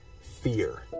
fear